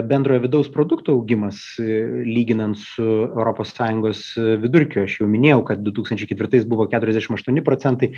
bendrojo vidaus produkto augimas lyginant su europos sąjungos vidurkiu aš jau minėjau kad du tūkstančiai ketvirtais buvo keturiasdešim aštuoni procentai